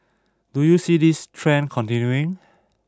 do you see this trend continuing